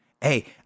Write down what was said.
hey